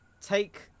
take